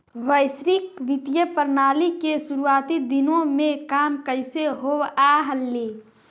वैश्विक वित्तीय प्रणाली के शुरुआती दिनों में काम कैसे होवअ हलइ